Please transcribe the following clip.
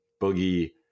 Boogie